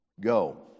Go